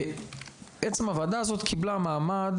ועצם הוועדה הזאת קיבלה מעמד,